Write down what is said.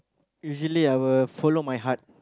usually I will follow my heart